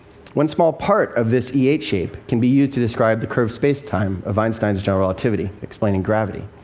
one small part of this e eight shape can be used to describe the curved space-time of einstein's general relativity, explaining gravity.